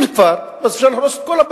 אם כבר, אז שנהרוס את כל הבתים.